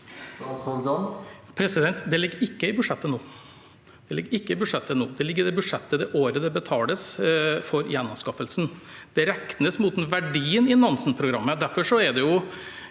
Det ligger ikke i budsjettet nå, det ligger i budsjettet det året det betales for gjenanskaffelsen. Det regnes mot verdien i Nansen-programmet.